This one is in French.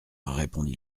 répondit